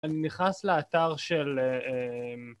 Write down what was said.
אני נכנס לאתר של